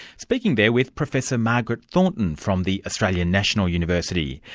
speaking there with professor margaret thornton from the australian national university.